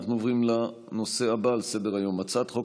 אנחנו עוברים לנושא הבא על סדר-היום: הצעת חוק